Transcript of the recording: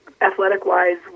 athletic-wise